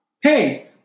Hey